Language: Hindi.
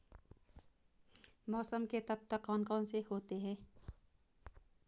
मौसम के तत्व कौन कौन से होते हैं?